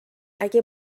اگه